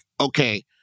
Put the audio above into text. Okay